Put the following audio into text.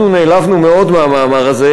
אנחנו נעלבנו מאוד מהמאמר הזה,